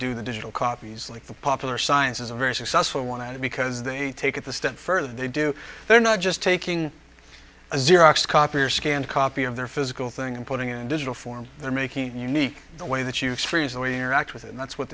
do the digital copies like the popular science is a very successful want to because they take it the step further they do they're not just taking a xerox copy or scanned copy of their physical thing and putting it in digital form they're making unique the way that you experience the way interact with it and that's what